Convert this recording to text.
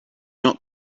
not